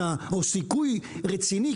או סיכוי רציני,